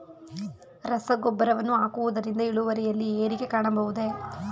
ರಸಗೊಬ್ಬರವನ್ನು ಹಾಕುವುದರಿಂದ ಇಳುವರಿಯಲ್ಲಿ ಏರಿಕೆ ಕಾಣಬಹುದೇ?